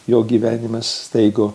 jo gyvenimas staiga